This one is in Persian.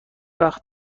وقت